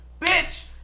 Bitch